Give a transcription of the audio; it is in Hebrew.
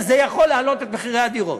וזה יכול להעלות את מחירי הדירות.